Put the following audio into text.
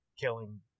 killing